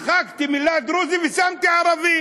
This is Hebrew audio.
מחקתי את המילה דרוזי והכנסתי: ערבי.